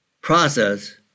process